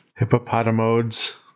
hippopotamodes